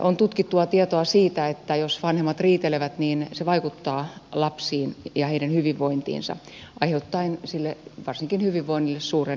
on tutkittua tietoa siitä että jos vanhemmat riitelevät se vaikuttaa lapsiin ja heidän hyvinvointiinsa aiheuttaen sille varsinkin hyvinvoinnille suuren riskin